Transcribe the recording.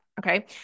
Okay